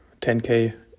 10k